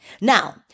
Now